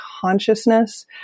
consciousness